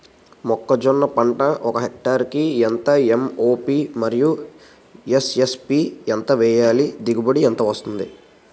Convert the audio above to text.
మొక్కజొన్న పంట ఒక హెక్టార్ కి ఎంత ఎం.ఓ.పి మరియు ఎస్.ఎస్.పి ఎంత వేయాలి? దిగుబడి ఎంత వస్తుంది?